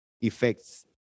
effects